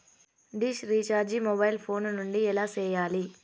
dish recharge mobile phone నుండి ఎలా సేయాలి